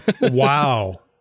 Wow